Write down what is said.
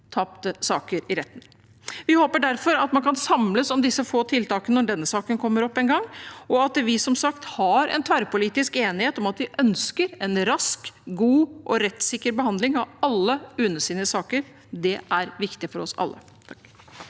tapte saker i retten. Vi håper derfor at man kan samles om disse få tiltakene når denne saken en gang kommer opp, og at vi som sagt har en tverrpolitisk enighet om at vi ønsker en rask, god og rettssikker behandling av alle UNEs saker. Det er viktig for oss alle. Mari